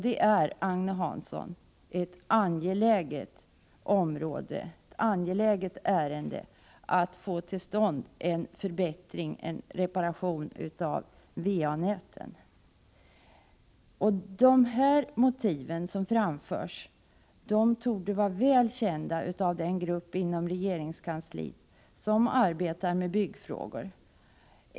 Det är, Agne Hansson, ett angeläget ändamål att få till stånd en förbättring av va-näten. De motiv som anförs torde vara väl kända av den grupp som inom regeringskansliet arbetar med byggfrågor.